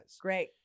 Great